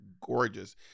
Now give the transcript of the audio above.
gorgeous